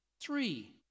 three